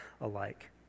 alike